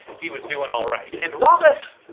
he was doing all right. and wallace?